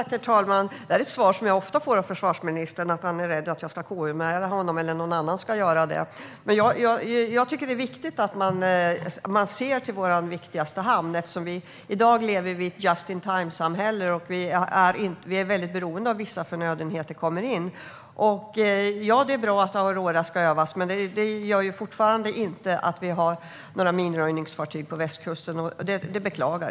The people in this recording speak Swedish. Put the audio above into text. Herr talman! Jag får ofta svaret av försvarsministern att han är rädd att jag eller någon annan ska KU-anmäla honom. Det är viktigt att vi ser till vår mest betydelsefulla hamn. I dag lever vi i ett just in time-samhälle, och vi är beroende av att vissa förnödenheter kommer in. Aurora är bra, men vi kommer fortfarande inte att ha några minröjningsfartyg på västkusten, vilket jag beklagar.